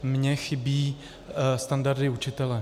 Mně chybí standardy učitele.